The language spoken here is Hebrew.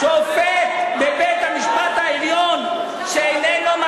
שופט בבית-המשפט העליון, שאיננו,